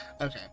okay